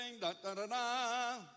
da-da-da-da